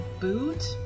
boot